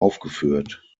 aufgeführt